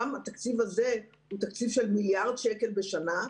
גם התקציב הזה הוא תוספת של מיליארד שקל בשנה,